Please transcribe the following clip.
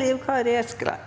Liv Kari Eskeland